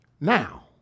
now